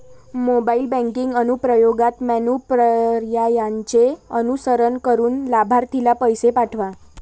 mobile banking अनुप्रयोगात menu पर्यायांचे अनुसरण करून लाभार्थीला पैसे पाठवा